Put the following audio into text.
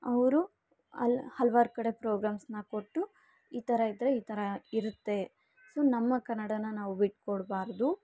ಅವರು ಅಲ್ಲಿ ಅಲ್ವಾರು ಕಡೆ ಪ್ರೋಗ್ರಾಮ್ಸ್ನ ಕೊಟ್ಟು ಈ ಥರ ಇದ್ರೆ ಈ ಥರ ಇರುತ್ತೆ ಸೊ ನಮ್ಮ ಕನ್ನಡವ ನಾವು ಬಿಟ್ಕೊಡಬಾರದು